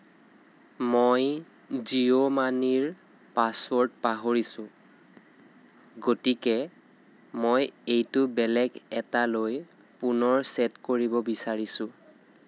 মই জিঅ' মানিৰ পাছৱৰ্ড পাহৰিছোঁ গতিকে মই এইটো বেলেগ এটালৈ পুনৰ চেট কৰিব বিচাৰিছোঁ